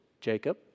Jacob